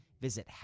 Visit